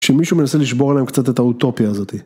כשמישהו מנסה לשבור עליהם קצת את האוטופיה הזאתי.